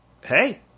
hey